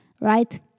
Right